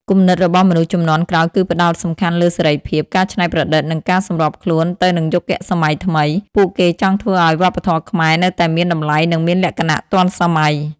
គំនិតរបស់មនុស្សជំនាន់ក្រោយគឺផ្តោតសំខាន់លើសេរីភាព ការច្នៃប្រឌិត និងការសម្របខ្លួនទៅនឹងយុគសម័យថ្មី។ ពួកគេចង់ធ្វើឲ្យវប្បធម៌ខ្មែរនៅតែមានតម្លៃនិងមានលក្ខណៈទាន់សម័យ។